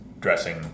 dressing